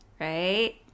Right